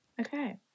Okay